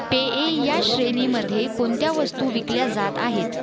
पेये या श्रेणीमध्ये कोणत्या वस्तू विकल्या जात आहेत